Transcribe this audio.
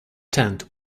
tent